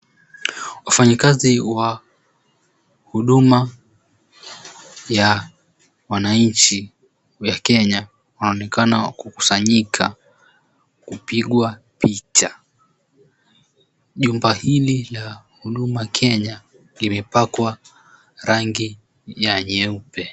Wafanyikazi wa Huduma ya wananchi ya Kenya wanaonekana kukusanyika kupigwa picha. Jumba hili ya Huduma Kenya imepakwa rangi ya nyeupe.